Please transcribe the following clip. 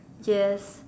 yes